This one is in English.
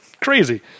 Crazy